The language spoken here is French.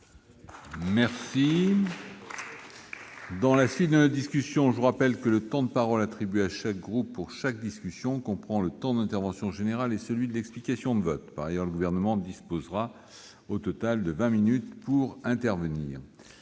sur ce sujet. Mes chers collègues, je vous rappelle que le temps de parole attribué à chaque groupe pour chaque discussion comprend le temps d'intervention générale et celui de l'explication de vote. Par ailleurs, le Gouvernement dispose au total de vingt minutes pour intervenir.